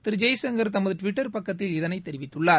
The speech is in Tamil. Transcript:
திரு ஜெய்சங்கர் தமது டுவிட்டர் பக்கத்தில் இதனை தெரிவித்துள்ளார்